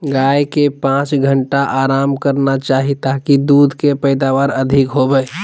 गाय के पांच घंटा आराम करना चाही ताकि दूध के पैदावार अधिक होबय